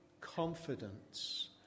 confidence